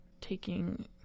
taking